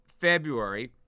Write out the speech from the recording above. February